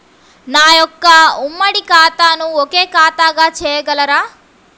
నా యొక్క ఉమ్మడి ఖాతాను ఒకే ఖాతాగా చేయగలరా?